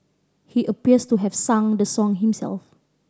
he appears to have sung the song himself